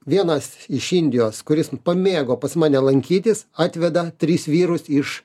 vienas iš indijos kuris pamėgo pas mane lankytis atveda tris vyrus iš